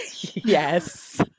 Yes